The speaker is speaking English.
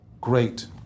great